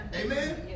amen